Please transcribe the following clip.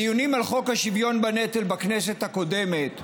בדיונים על חוק השוויון בנטל בכנסת הקודמת,